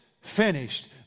finished